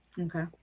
okay